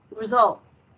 results